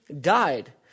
died